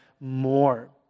more